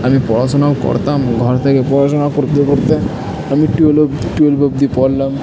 আমি পড়াশুনোও করতাম ঘর থেকে পড়াশোনা করতে করতে আমি টুয়েলভ অবধি টুয়েলভ অবধি পড়লাম